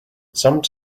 some